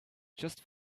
just